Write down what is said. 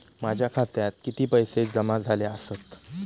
माझ्या खात्यात किती पैसे जमा झाले आसत?